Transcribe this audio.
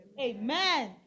Amen